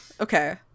Okay